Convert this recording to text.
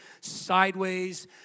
sideways